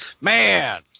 Man